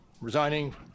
resigning